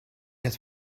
het